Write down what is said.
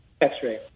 X-ray